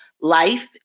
life